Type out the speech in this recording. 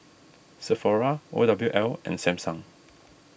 Sephora O W L and Samsung